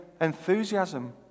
enthusiasm